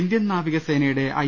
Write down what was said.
Indian നാവികസേനയുടെ I